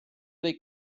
dei